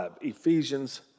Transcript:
Ephesians